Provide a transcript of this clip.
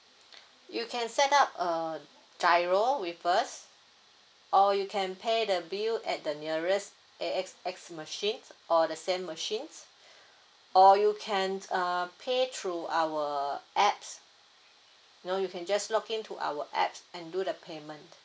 you can set up a GIRO with us or you can pay the bill at the nearest A_X_S machine or the same machine or you can uh pay through our apps know you can just log in to our apps and do the payment